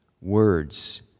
words